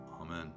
Amen